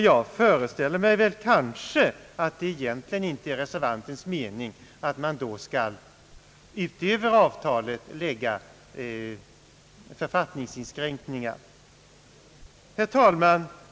Jag föreställer mig för resten att det egentligen inte är reservantens mening att man då utöver avtalet skall vidta författningsinskränkningar av den ifrågavarande importen. Herr talman!